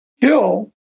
kill